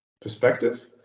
perspective